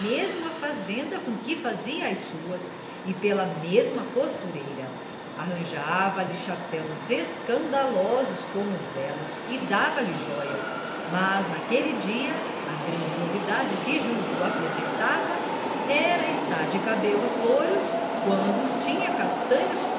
mesma fazenda com que fazia as suas e pela mesma costureira arranjava lhe chapéus escandalosos como os dela e dava-lhe jóias mas naquele dia a grande novidade que juju apresentava era estar de cabelos louros quando os tinha castanhos